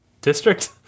district